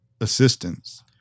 assistance